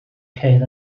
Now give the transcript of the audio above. ceir